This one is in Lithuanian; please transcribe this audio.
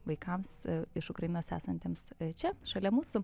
vaikams iš ukrainos esantiems čia šalia mūsų